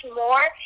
more